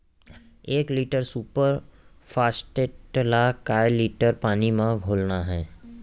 एक litre super phosphate ला कए लीटर पानी मा घोरना हे?